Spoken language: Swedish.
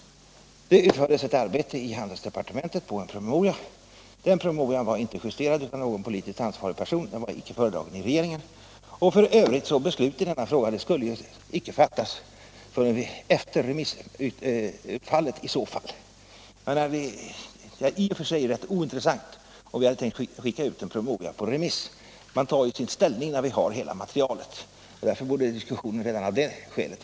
Det utfördes ett arbete på en promemoria i handelsdepartementet. Den promemorian var inte justerad av någon politiskt ansvarig person och den var inte föredragen i regeringen. F. ö. skulle ju det viktiga beslutet i sakfrågan icke fattas förrän efter remissbehandlingen. I och för sig är det rätt ointressant om vi hade tänkt skicka en promemoria på remiss, man tar ju ställning först när man har hela materialet. Redan av det skälet borde diskussionen vara totalt out.